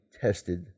tested